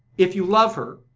if you love her,